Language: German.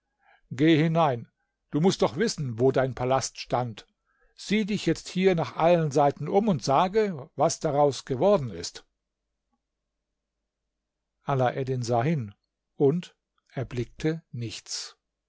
gehe hinein du mußt doch wissen wo dein palast stand sieh dich jetzt hier nach allen seiten um und sage was daraus geworden ist alaeddin sah hin und erblickte nichts